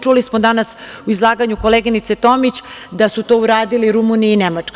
Čuli smo danas u izlaganju koleginice Tomić da su to uradile Rumunija i Nemačka.